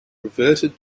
reverted